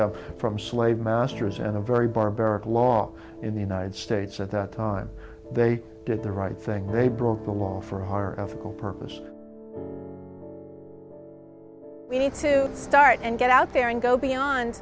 them from slave masters and a very barbaric law in the united states at that time they did the right thing they broke the law for higher ethical purpose we need to start and get out there and go beyond